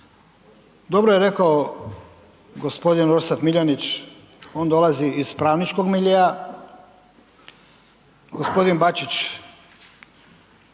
dobro je rekao gospodin Orsat Miljenić on dolazi iz pravničkog miljea, gospodin Bačić